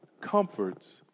comforts